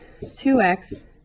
2x